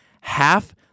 half